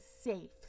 safe